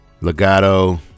Legato